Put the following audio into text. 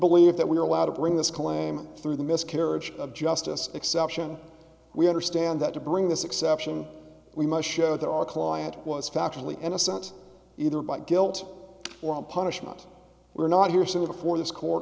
believe that we are allowed to bring this claim through the miscarriage of justice exception we understand that to bring this exception we must show that our client was factually innocent either by guilt or punishment we're not here suited for this court